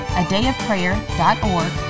adayofprayer.org